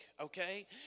Okay